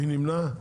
מי נמנע?